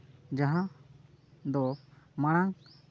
ᱡᱟᱦᱟᱸ ᱫᱚ ᱢᱟᱬᱟᱝ